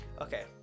okay